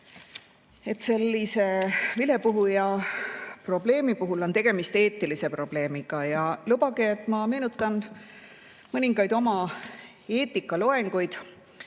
seda, et vilepuhujaprobleemi puhul on tegemist eetilise probleemiga. Lubage, et ma meenutan mõningaid oma eetikaloenguid.